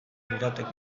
lirateke